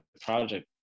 project